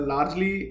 Largely